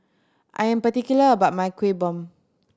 I'm particular about my Kueh Bom